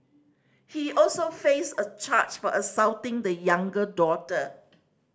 he also faced a charge for assaulting the younger daughter